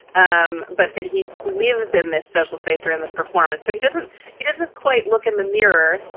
um but that he lives in this social space or in this performance. so he doesn't he doesn't quite look in the mirror.